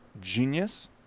genius